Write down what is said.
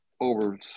over